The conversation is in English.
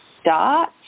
start